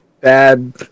bad